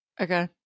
Okay